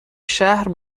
شهر